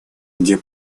где